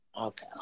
Okay